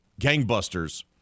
gangbusters